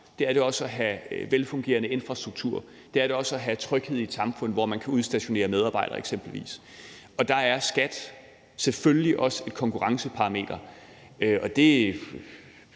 Det er det også at have velfungerende infrastruktur. Det er det også at have tryghed i et samfund, hvor man eksempelvis kan udstationere medarbejdere. Der er skat selvfølgelig også et konkurrenceparameter. Det